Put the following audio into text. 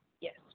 Yes